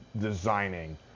designing